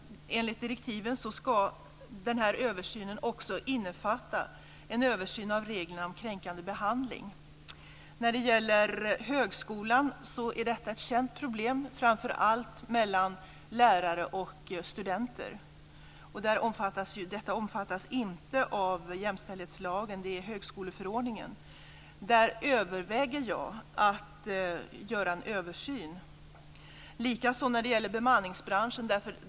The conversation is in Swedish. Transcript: Enligt direktiven ska översynen också innefatta en översyn av reglerna om kränkande behandling. När det gäller högskolan är detta ett känt problem, framför allt mellan lärare och studenter. Detta omfattas inte av jämställdhetslagen, utan högskoleförordningen. Där överväger jag att göra en översyn. Detta gäller också bemanningsbranschen.